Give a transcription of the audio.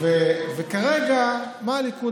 למה לא,